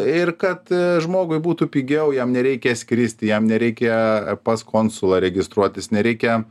ir kad žmogui būtų pigiau jam nereikia skristi jam nereikia pas konsulą registruotis nereikia